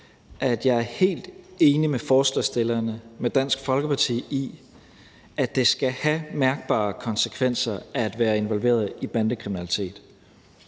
at jeg er helt enig med forslagsstillerne, Dansk Folkeparti, i, at det skal have mærkbare konsekvenser at være involveret i bandekriminalitet.